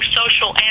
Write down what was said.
social